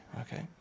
okay